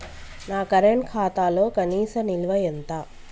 నా కరెంట్ ఖాతాలో కనీస నిల్వ ఎంత?